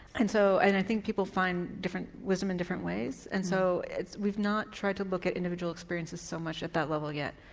and so and i think people find different wisdom in different ways, and so we've not tried to look at individual experience so much at that level yet.